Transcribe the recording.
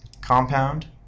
Compound